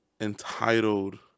entitled